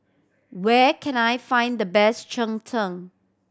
where can I find the best cheng tng